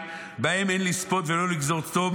בהם אין לספוד ולא לגזור צום,